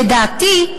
לדעתי,